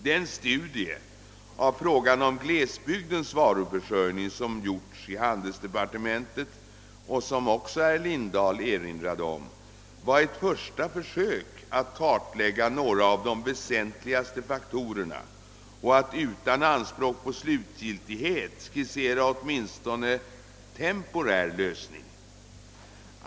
Den sludie av frågan om glesbygdens varuförsörjning som gjorts i handelsdepartementet och som herr Lindahl erinrade om var ett första försök att kartlägga några av de väsentligaste faktorerna och att utan anspråk på slutgiltighet skissera åtminstone en temporär lösning.